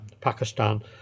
pakistan